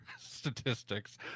statistics